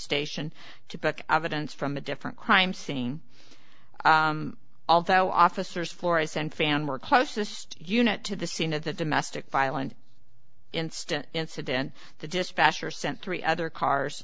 station to book evidence from a different crime scene although officers florists and fan were closest unit to the scene of the domestic violence instant incident the dispatcher sent three other cars